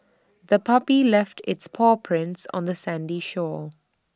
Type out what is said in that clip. the puppy left its paw prints on the sandy shore